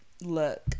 look